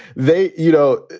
they you know,